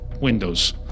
windows